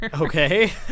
Okay